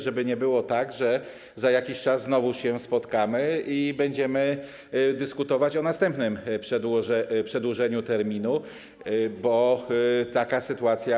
Żeby nie było tak, że za jakiś czas znowu się spotkamy i będziemy dyskutować o następnym przedłużeniu terminu, bo taka sytuacja.